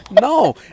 No